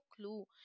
clue